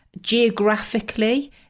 geographically